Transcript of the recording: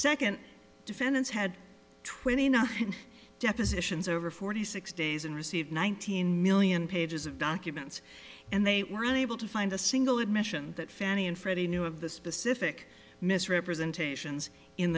second defendants had twenty nine depositions over forty six days and received one thousand million pages of documents and they were unable to find a single admission that fannie and freddie knew of the specific misrepresentations in